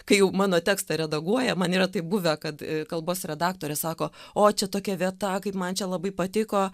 kai jau mano tekstą redaguoja man yra taip buvę kad kalbos redaktorė sako o čia tokia vieta kaip man čia labai patiko